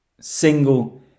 single